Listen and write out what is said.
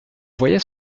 voyait